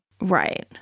right